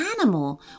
animal